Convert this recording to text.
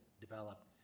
developed